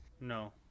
no